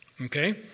Okay